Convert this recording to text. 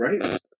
Right